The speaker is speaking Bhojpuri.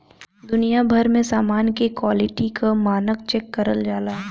दुनिया भर में समान के क्वालिटी क मानक चेक करल जाला